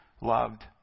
loved